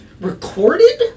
recorded